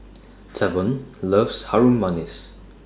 Tavon loves Harum Manis